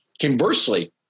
conversely